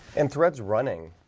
and threads running